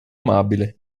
amabile